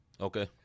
Okay